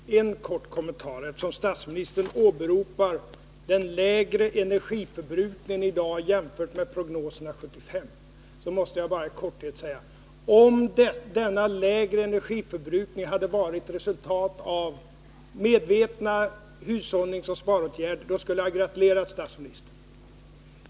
Fru talman! Bara en kort kommentar. Då statsministern åberopade den lägre energiförbrukningen i dag, jämfört med prognoserna 1975, måste jag helt kort säga, att om denna lägre energiförbrukning hade varit ett resultat av medvetna hushållningsoch sparåtgärder, skulle jag ha gratulerat statsministern.